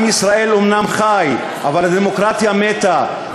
עם ישראל אומנם חי אבל הדמוקרטיה מתה,